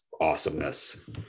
awesomeness